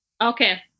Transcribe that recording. okay